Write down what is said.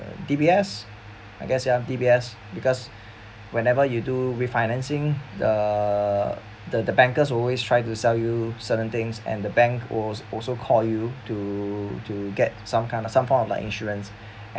D_B_S I guess you have D_B_S because whenever you do refinancing the the the bankers will always try to sell you certain things and the bank was also call you to to get some kind of some form of like insurance